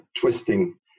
twisting